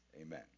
amen